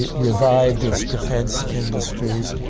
revived its defense industries,